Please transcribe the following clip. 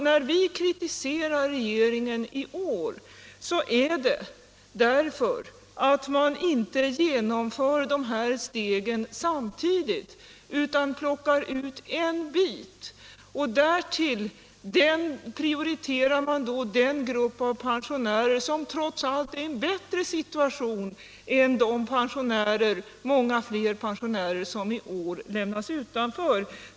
När vi kritiserar regeringen i år, så är det därför att man inte genomför de här stegen samtidigt utan plockar ut en bit. Därtill prioriterar man den grupp av pensionärer som trots allt är i en bättre situation än de många fler pensionärer som i år lämnas utanför.